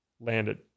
landed